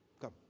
Come